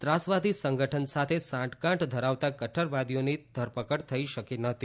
ત્રાસવાદી સંગઠન સાથે સાંઠસાંઠ ધરાવતા કદરવાદીઓની ધરપકડ કરી શકાઇ ન હતી